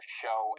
show